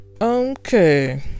okay